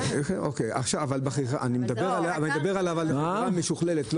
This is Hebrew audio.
יעקב קוינט חכירה זה ליסינג.